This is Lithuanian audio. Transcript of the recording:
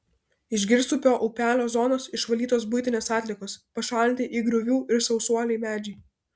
iš girstupio upelio zonos išvalytos buitinės atliekos pašalinti įgriuvų ir sausuoliai medžiai